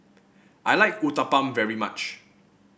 I like Uthapam very much